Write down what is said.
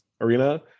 arena